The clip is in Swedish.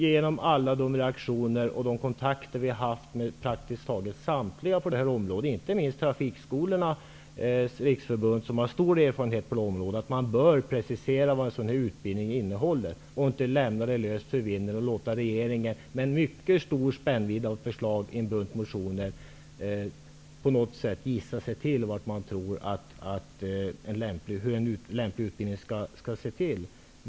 Genom alla de reaktioner och kontakter som vi har haft med praktiskt taget samtliga berörda parter på det här området, inte minst Trafikskolornas Riksförbund som har stor erfarenhet här, förstår vi att man bör precisera vad en sådan utbildning skall innehålla. Man bör inte låta regeringen, med en mycket stor spännvidd av förslag i en bunt motioner, gissa sig till hur en lämplig utbildning skall se ut.